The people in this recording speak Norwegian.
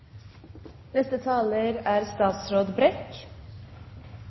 neste taler er statsråd